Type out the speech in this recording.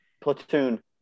Platoon